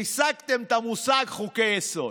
ריסקתם את המושג חוקי-יסוד.